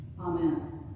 Amen